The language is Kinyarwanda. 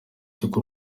cy’uko